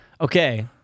Okay